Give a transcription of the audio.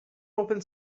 open